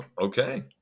Okay